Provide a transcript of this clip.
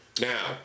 Now